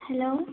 hello